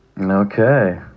Okay